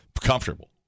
comfortable